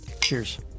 cheers